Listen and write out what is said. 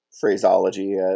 phraseology